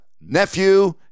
nephew